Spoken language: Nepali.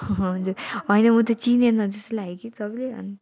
हजुर होइन म त चिनेन जस्तो लाग्यो कि तपाईँले अनि